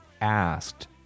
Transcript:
asked